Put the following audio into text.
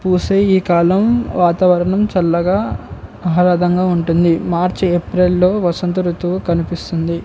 పూసే ఈ కాలం వాతావరణం చల్లగా ఆహ్లాదంగా ఉంటుంది మార్చి ఏప్రిల్లో వసంత ఋతువు కనిపిస్తుంది